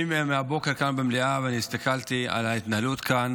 מהבוקר אני כאן במליאה, והסתכלתי על ההתנהלות כאן